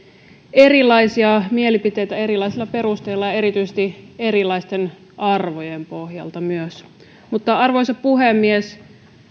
erilaisia mielipiteitä erilaisilla perusteilla ja erityisesti myös erilaisten arvojen pohjalta mutta arvoisa puhemies